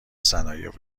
صنایع